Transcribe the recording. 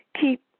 keep